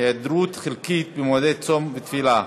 היעדרות חלקית במועדי צום ותפילה),